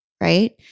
right